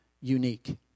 unique